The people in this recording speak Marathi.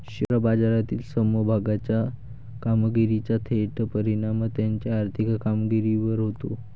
शेअर बाजारातील समभागाच्या कामगिरीचा थेट परिणाम त्याच्या आर्थिक कामगिरीवर होतो